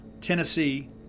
tennessee